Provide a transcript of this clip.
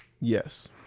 Yes